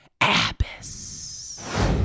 Abbas